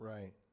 Right